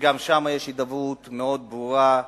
שגם שם יש הידברות מאוד ברורה,